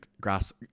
grass